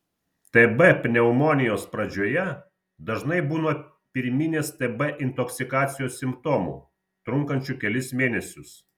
tb pneumonijos pradžioje dažnai būna pirminės tb intoksikacijos simptomų trunkančių kelis mėnesius